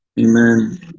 Amen